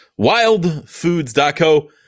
Wildfoods.co